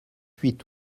huit